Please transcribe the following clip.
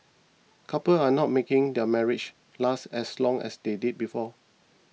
couples are not making their marriages last as long as they did before